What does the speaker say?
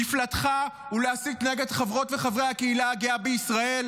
מפלטך הוא להסית נגד חברות וחברי הקהילה הגאה בישראל?